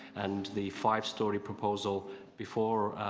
and the five story proposal before,